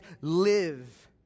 live